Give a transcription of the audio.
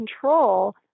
control